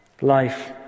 Life